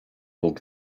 bóg